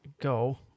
Go